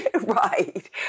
Right